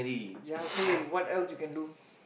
ya so you what else you can do